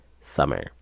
Summer